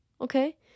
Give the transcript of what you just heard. okay